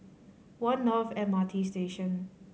One North M R T Station